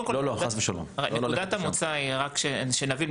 רק שנבין,